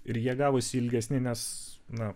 ir jie gavosi ilgesni nes na